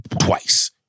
twice